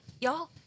y'all